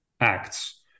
acts